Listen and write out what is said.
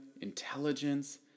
intelligence